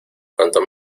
cuanto